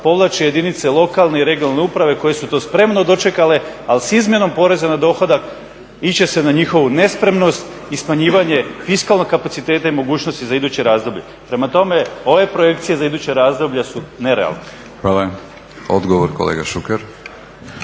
Odgovor kolega Šuker.